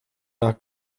nach